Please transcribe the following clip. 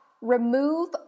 remove